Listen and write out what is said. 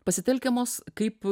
pasitelkiamos kaip